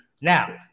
Now